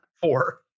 four